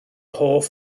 hoff